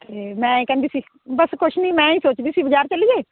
ਤੇ ਮੈਂ ਕਹਿੰਦੀ ਸੀ ਬਸ ਕੁਝ ਨਹੀਂ ਮੈਂ ਨਹੀਂ ਸੋਚਦੀ ਸੀ ਬਾਜ਼ਾਰ ਚਲੀਏ